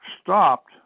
stopped